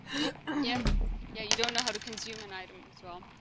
yeah yeah yeah you don't know how to consume an item as well